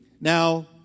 Now